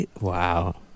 Wow